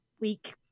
Week